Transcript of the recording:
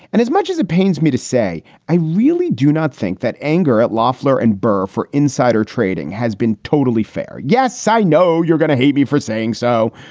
and as much as it pains me to say, i really do not think that anger at loffler and burr for insider trading has been totally fair. yes, i know you're gonna hate me for saying so,